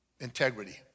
integrity